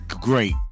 great